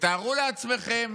תתארו לעצמכם